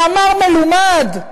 מאמר מלומד,